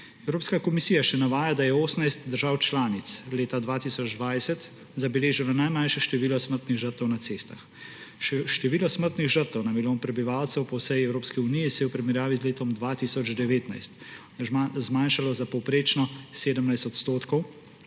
Evropska komisija še navaja, da je 18 držav članic leta 2020 zabeležilo najmanjše število smrtnih žrtev na cestah. Število smrtnih žrtev na milijon prebivalcev po vsej Evropski uniji se je v primerjavi z letom 2019 zmanjšalo za povprečno 17 %.